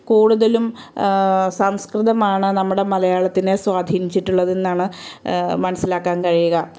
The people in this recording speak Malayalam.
കൂടുതലും സംസ്കൃതമാണ് നമ്മുടെ മലയാളത്തിനെ സ്വാധിനിച്ചിട്ടുള്ളതെന്നാണ് മനസ്സിലാക്കാൻ കഴിയുക